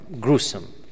gruesome